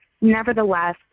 Nevertheless